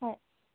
হয়